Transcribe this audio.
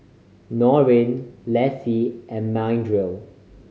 Norine Lacie and Mildred